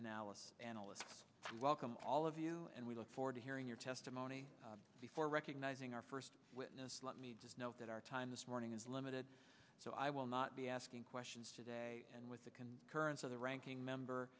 analysis analysts welcome all of you and we look forward to hearing your testimony before recognizing our first witness let me just note that our time this morning is limited so i will not be asking questions today and with the currents of the ranking member